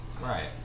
Right